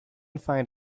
find